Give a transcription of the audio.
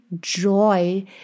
joy